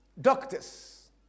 doctors